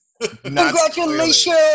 Congratulations